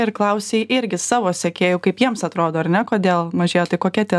ir klausei irgi savo sekėjų kaip jiems atrodo ar ne kodėl mažėja tai kokie tie